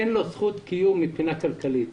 אין לו זכות קיום מבחינה כלכלית.